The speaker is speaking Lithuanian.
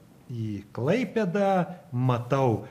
į klaipėdą matau